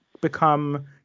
become